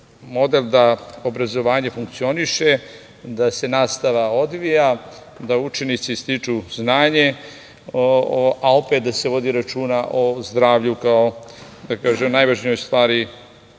model da obrazovanje funkcioniše, da se nastava odvija, da učenici stiču znanje, a opet da se vodi računa o zdravlju kao najvažnijoj stvari svakog